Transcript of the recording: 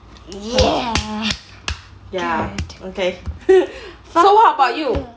ya ya okay so what about you